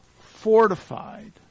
fortified